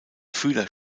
fühler